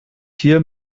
hier